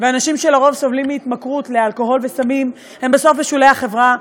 ולרוב אנשים שסובלים מהתמכרות לאלכוהול וסמים הם בסוף בשולי החברה,